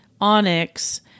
onyx